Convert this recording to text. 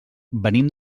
venim